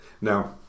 Now